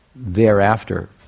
Thereafter